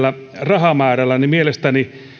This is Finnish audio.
rahamäärän mielestäni